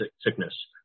sickness